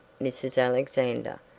mrs. alexander.